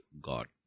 God